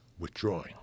withdrawing